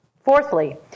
Fourthly